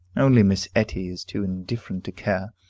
only miss etty is too indifferent to care.